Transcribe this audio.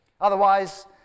Otherwise